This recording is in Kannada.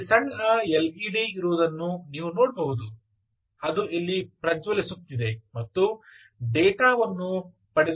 ಅಲ್ಲಿ ಸಣ್ಣ ಎಲ್ಇಡಿ ಇರುವುದನ್ನು ನೀವು ನೋಡಬಹುದು ಅದು ಇಲ್ಲಿ ಪ್ರಜ್ವಲಿಸುತ್ತಿದೆ ಮತ್ತು ಡೇಟಾ ವನ್ನು ಪಡೆದುಕೊಳ್ಳುತ್ತಿದೆ